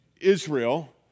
Israel